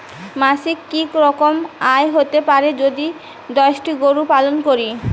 মাসিক কি রকম আয় হতে পারে যদি দশটি গরু পালন করি?